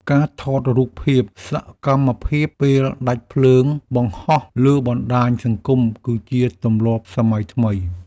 ការថតរូបភាពសកម្មភាពពេលដាច់ភ្លើងបង្ហោះលើបណ្តាញសង្គម គឺជាទម្លាប់សម័យថ្មី។